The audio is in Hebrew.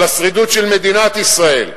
על השרידות של מדינת ישראל.